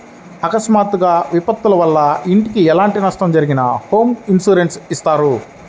అకస్మాత్తుగా విపత్తుల వల్ల ఇంటికి ఎలాంటి నష్టం జరిగినా హోమ్ ఇన్సూరెన్స్ ఇత్తారు